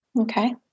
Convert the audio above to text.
Okay